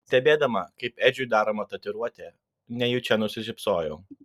stebėdama kaip edžiui daroma tatuiruotė nejučia nusišypsojau